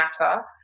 matter